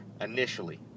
initially